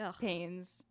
pains